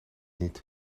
niet